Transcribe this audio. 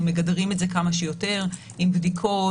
מגדרים את זה כמה שיותר עם בדיקות,